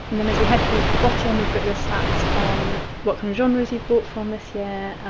then as we head towards the bottom we've got your stats on what kind of genres you've bought from this year,